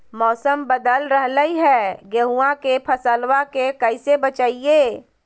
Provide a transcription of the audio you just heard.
मौसम बदल रहलै है गेहूँआ के फसलबा के कैसे बचैये?